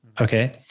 Okay